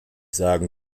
sagen